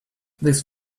these